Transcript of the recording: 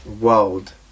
world